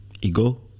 ego